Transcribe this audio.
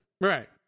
Right